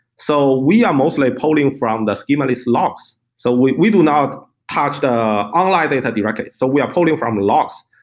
so we are mostly polling from the so schemaless locks. so we we do not touch the online data directly. so we are polling from locks.